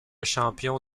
champion